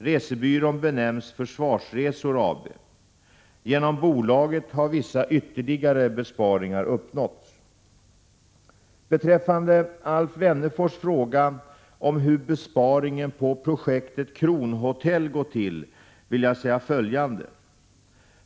Resebyrån benämns Försvarsresor AB. Genom bolaget har vissa ytterligare besparingar uppnåtts. Beträffande Alf Wennerfors fråga om hur besparingen på projektet ”Kronhotell” gått till vill jag säga följande.